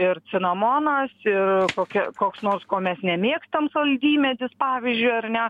ir cinamonas ir kokia koks nors ko mes nemėgstam saldymedis pavyzdžiui ar ne